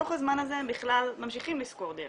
תוך הזמן הזה הם בכלל ממשיכים לשכור דירה,